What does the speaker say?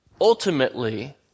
ultimately